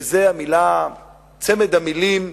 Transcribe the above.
וזה צמד המלים: